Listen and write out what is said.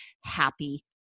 happy